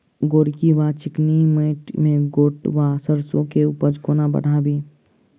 गोरकी वा चिकनी मैंट मे गोट वा सैरसो केँ उपज कोना बढ़ाबी?